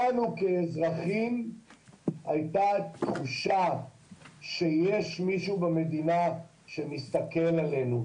לנו כאזרחים הייתה תחושה שיש מישהו במדינה שמסתכל עלינו,